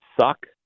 suck